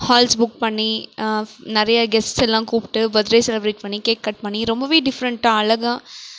halls book பண்ணி நிறைய கெஸ்ட்டெல்லாம் கூப்பிட்டு பர்த்டே செலிபிரேட் பண்ணி கேக் கட் பண்ணி ரொம்பவே டிஃபரண்ட்டாக அழகாக